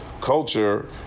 culture